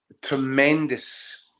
tremendous